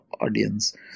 audience